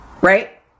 Right